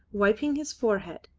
wiping his forehead.